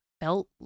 felt